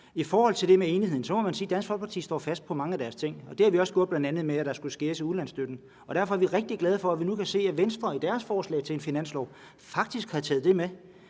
I forhold til det med enigheden må man sige, at Dansk Folkeparti står fast på mange af deres ting. Det har vi også bl.a. gjort med, at der skulle skæres i ulandsstøtten, og derfor er vi rigtig glade for, at vi nu kan se, at Venstre i deres forslag til en finanslov faktisk har taget det med.